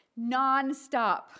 nonstop